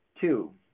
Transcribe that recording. two